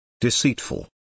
Deceitful